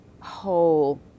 whole